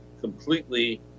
completely